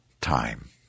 time